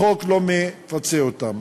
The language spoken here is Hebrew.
החוק לא מפצה אותם.